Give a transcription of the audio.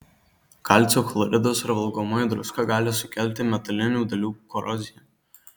kalcio chloridas ar valgomoji druska gali sukelti metalinių dalių koroziją